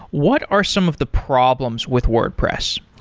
what are some of the problems with wordpress?